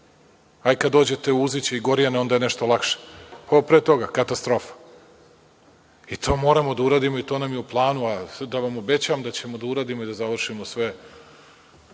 kad dođete u Uzići i Gorjane onda je nešto lakše, ono pre toga katastrofa. I to moramo da uradimo i to nam je u planu. Da vam obećam da ćemo da uradimo i da ćemo da završimo sve